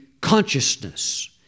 consciousness